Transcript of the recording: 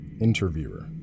Interviewer